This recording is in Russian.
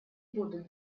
будут